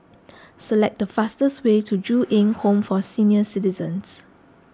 select the fastest way to Ju Eng Home for Senior Citizens